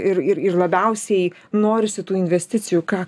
ir ir ir labiausiai norisi tų investicijų ką